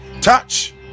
touch